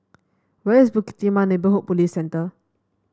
where is Bukit Timah Neighbourhood Police Centre